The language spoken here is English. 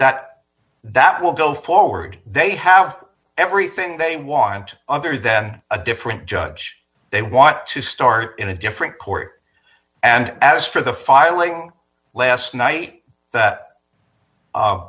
that that will go forward they have everything they want other than a different judge they want to start in a different court and as for the filing last night